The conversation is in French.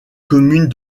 commune